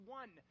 one